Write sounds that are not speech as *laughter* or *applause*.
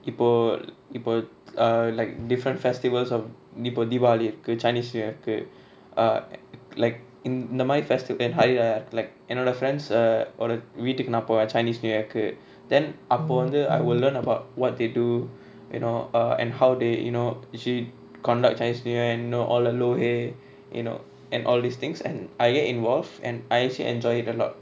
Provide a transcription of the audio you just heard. இப்போ இப்போ:ippo ippo *noise* err like different festivals of இப்ப:ippa diwali இருக்கு:iruku chinese new year இருக்கு:iruku err like inth~ இந்தமாரி:inthamari festival and higher like என்னோட:ennoda friends err ஓட வீட்டுக்கு நா போவ:oda veetuku na pova chinese new year கு:ku then அபோ வந்து:apo vanthu I will learn about what they do you know uh and how they you know she conduct chinese new year and you know all the lo hei you know and all these things and I get involved and I actually enjoyed it a lot